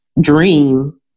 dream